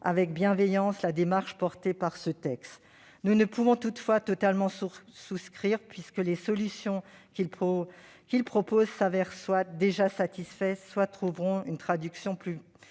avec bienveillance la démarche portée par ce texte. Nous ne pouvons néanmoins totalement y souscrire, puisque les solutions qui y sont proposées s'avèrent déjà satisfaites ou trouveront une traduction plus